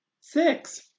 Six